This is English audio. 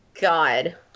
God